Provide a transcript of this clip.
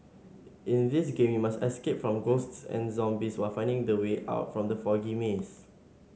in this game you must escape from ghosts and zombies while finding the way out from the foggy maze